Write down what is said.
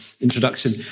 introduction